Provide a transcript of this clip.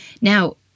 Now